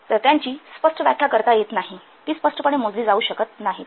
तर त्यांची स्पष्ट व्याख्या करता येत नाही ती स्पष्टपणे मोजली जाऊ शकत नाहीत